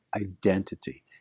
identity